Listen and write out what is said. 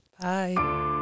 Bye